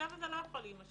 המצב הזה לא יכול להימשך.